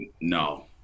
No